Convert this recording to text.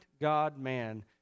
God-man